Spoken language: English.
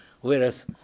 whereas